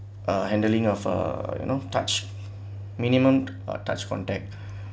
uh handling of uh you know touch minimum uh touch contact